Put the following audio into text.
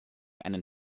einen